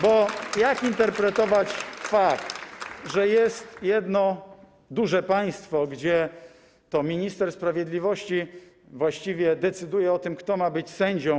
Bo jak interpretować fakt, że jest jedno duże państwo, gdzie to minister sprawiedliwości właściwie decyduje o tym, kto ma być sędzią?